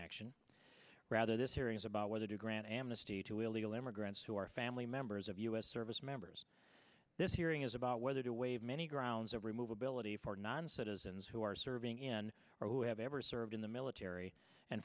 action rather this hearing is about whether to grant amnesty to illegal immigrants who are family members of u s service members this hearing is about whether to waive many grounds of remove ability for non citizens who are serving in who have ever served in the military and